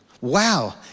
Wow